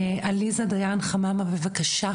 עליזה דיין חממה, בבקשה.